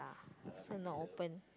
lah so not open